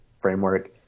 framework